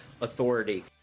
authority